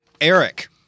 Eric